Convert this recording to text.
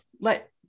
let